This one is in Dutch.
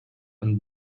een